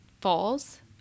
falls